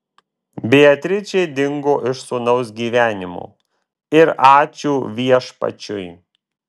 beatričė dingo iš sūnaus gyvenimo ir ačiū viešpačiui